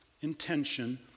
intention